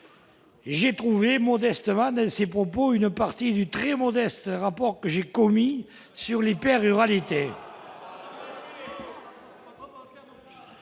j'ai trouvé modestement dans ces propos une partie du très modeste rapport que j'ai commis sur les pères ruralité.